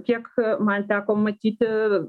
kiek man teko matyti